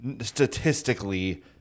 statistically